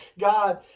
God